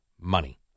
Money